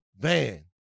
Man